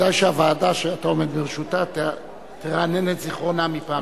כדאי שהוועדה שאתה עומד בראשה תרענן את זיכרונה מפעם לפעם.